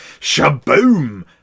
Shaboom